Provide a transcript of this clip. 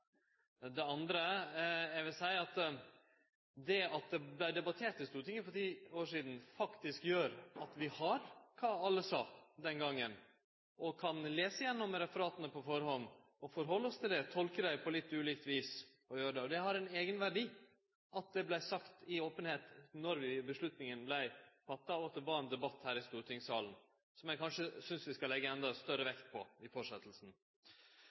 det andre: Eg vil seie at det at det vart debattert i Stortinget for ti år sidan, faktisk gjer at vi veit kva alle sa den gongen. Vi kan lese gjennom referata på førehand, halde oss til dei og tolke dei på litt ulikt vis. Det har ein eigen verdi at alt vart sagt i openheit då avgjerda vart teken, og at det var ein debatt her i stortingssalen. Det synest eg kanskje vi skal leggje endå større vekt på i